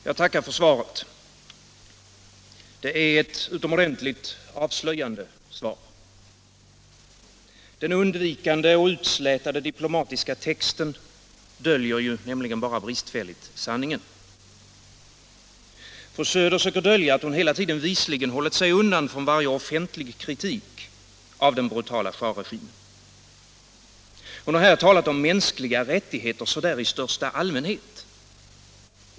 Herr talman! Jag tackar för svaret. Det är ett utomordentligt avslöjande svar. Den undvikande och utslätade diplomatiska texten döljer nämligen bara bristfälligt sanningen. Fru Söder söker dölja att hon hela tiden visligen hållit sig undan från varje offentlig kritik av den brutala schahregimen. Hon har här talat om mänskliga rättigheter så där i största allmänhet.